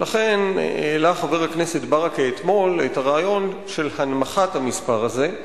ולכן העלה חבר הכנסת ברכה אתמול את הרעיון של הנמכת המספר הזה.